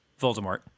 Voldemort